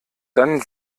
dann